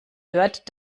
hört